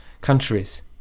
countries